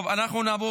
טוב, נעבור